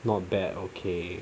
not bad okay